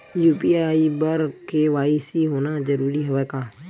UPI बर KYC होना जरूरी हवय का?